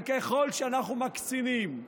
וככל שאנחנו מקצינים,